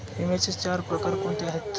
विम्याचे चार प्रकार कोणते आहेत?